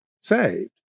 saved